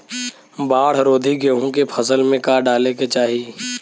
बाढ़ रोधी गेहूँ के फसल में का डाले के चाही?